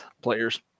players